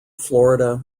florida